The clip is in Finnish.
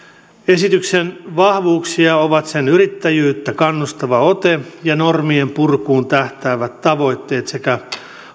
esityksen vahvuuksia ovat sen yrittäjyyttä kannustava ote ja normien purkuun tähtäävät tavoitteet sekä